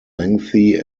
lengthy